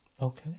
Okay